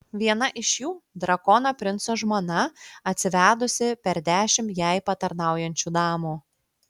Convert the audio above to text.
viena iš jų drakono princo žmona atsivedusi per dešimt jai patarnaujančių damų